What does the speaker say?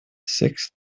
sixth